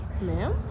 Ma'am